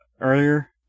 earlier